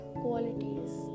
qualities